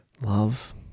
love